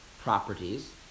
properties